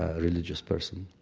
ah religious person.